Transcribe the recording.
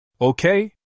Okay